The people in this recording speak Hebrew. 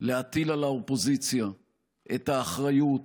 להטיל על האופוזיציה את האחריות